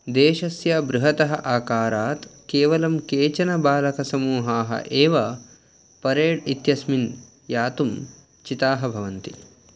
देशस्य बृहतः आकारात् केवलं केचन बालकसमूहाः एव परेड् इत्यस्मिन् यातुं चिताः भवन्ति